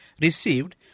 received